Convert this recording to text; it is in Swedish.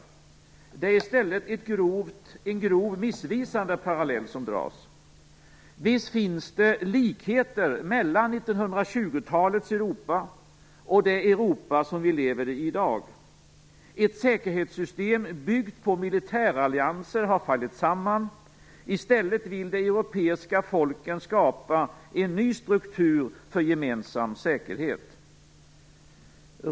Det är i stället en grovt missvisande parallell som dras. Visst finns det likheter mellan 1920-talets Europa och det Europa vi lever i i dag. Ett säkerhetssystem byggt på militärallianser har fallit samman. I stället vill de europeiska folken skapa en ny struktur för gemensam säkerhet.